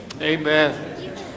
Amen